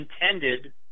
intended